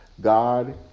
God